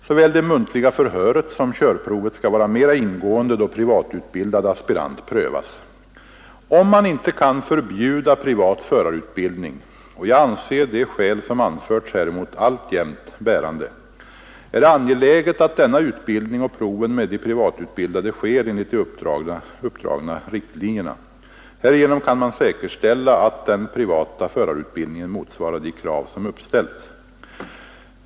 Såväl det muntliga förhöret som körprovet skall vara mera ingående då privatutbildad aspirant prövas. Om man inte kan förbjuda privat förarutbildning — och jag anser det skäl som anförts häremot alltjämt bärande — är det angeläget att denna utbildning och proven med de privatutbildade sker enligt de uppdragna riktlinjerna. Härigenom kan man säkerställa att den privata förarutbildningen motsvarar de krav som uppställts.